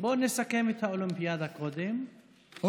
בוא נסכם את האולימפיאדה קודם,